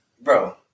bro